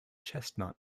chestnut